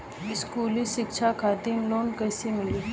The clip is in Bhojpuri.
स्कूली शिक्षा खातिर लोन कैसे मिली?